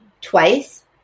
twice